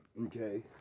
Okay